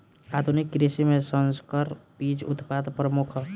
आधुनिक कृषि में संकर बीज उत्पादन प्रमुख ह